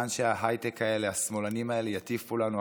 מה אנשי ההייטק השמאלנים האלה יטיפו לנו עכשיו?